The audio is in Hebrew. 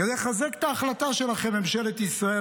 כדי לחזק את ההחלטה של ממשלת ישראל